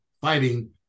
fighting